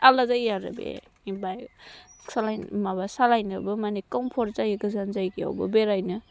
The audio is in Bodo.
आलदा जायो आरो बे बाइक सालायनोबो माने कमफर्ट जायो गोजान जायगायावबो बेरायनो